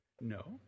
No